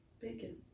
bacon